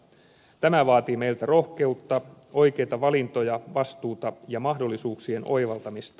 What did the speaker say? tämä vaatii meiltä rohkeutta oikeita valintoja vastuuta ja mahdollisuuksien oivaltamista